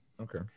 Okay